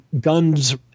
guns